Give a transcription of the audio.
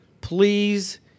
please